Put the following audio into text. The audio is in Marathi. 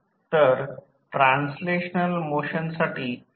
तर ट्रान्सलेशनल मोशनसाठी फ्रिक्शन काय आहे